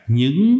những